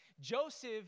Joseph